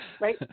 right